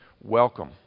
welcome